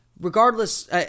Regardless